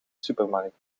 supermarkt